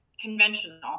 conventional